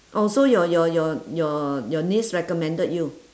oh so your your your your your niece recommended you